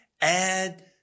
add